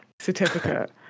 certificate